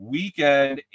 weekend